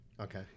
Okay